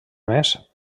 més